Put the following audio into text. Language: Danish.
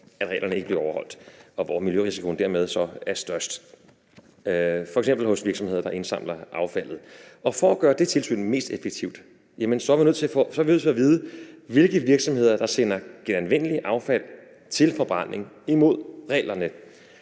at reglerne ikke bliver overholdt, og hvor miljørisikoen dermed så er størst, f.eks. hos virksomheder, der indsamler affaldet. Og for at gøre det tilsyn mest effektivt, er vi nødt til at vide, hvilke virksomheder der sender genanvendeligt affald til forbrænding imod reglerne.